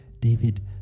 David